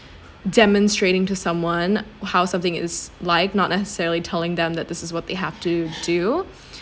demonstrating to someone how something is like not necessarily telling them that this is what they have to do